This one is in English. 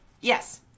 Yes